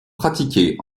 pratiquée